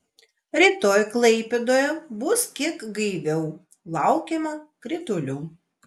rytoj klaipėdoje bus kiek gaiviau laukiama kritulių